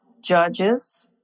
judges